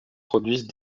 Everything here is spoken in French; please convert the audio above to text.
produisent